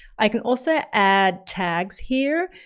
i can also add tags here,